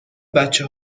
بچه